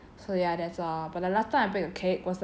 so ya that's all but the last time I bake a cake was like